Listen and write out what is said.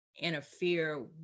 interfere